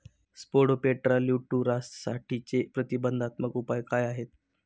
Spodoptera लिट्युरासाठीचे प्रतिबंधात्मक उपाय काय आहेत?